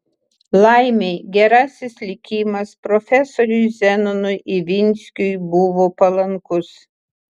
laimei gerasis likimas profesoriui zenonui ivinskiui buvo palankus